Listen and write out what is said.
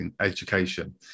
education